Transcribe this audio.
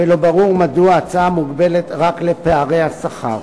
ולא ברור מדוע ההצעה מוגבלת רק לפערי השכר.